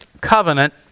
covenant